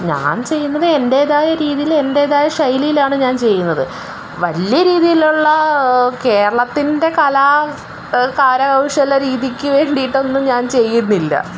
ഞാൻ ചെയ്യുന്നത് എൻ്റെതായ രീതിയില് എൻ്റെതായ ശൈലിയിലാണ് ഞാൻ ചെയ്യുന്നത് വലിയ രീതിയിലുള്ള കേരളത്തിൻ്റെ കലാ കരകൗശല രീതിക്ക് വേണ്ടിയിട്ടൊന്നും ഞാൻ ചെയ്യുന്നില്ല